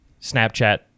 Snapchat